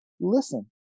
listen